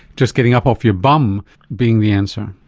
just getting up off your bum being the answer?